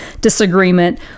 disagreement